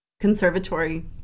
conservatory